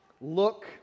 look